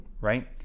right